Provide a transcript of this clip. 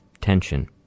tension